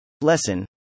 Lesson